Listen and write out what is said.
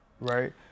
right